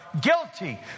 guilty